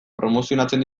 promozionatzen